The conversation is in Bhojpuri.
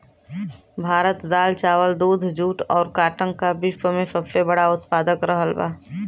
भारत दाल चावल दूध जूट और काटन का विश्व में सबसे बड़ा उतपादक रहल बा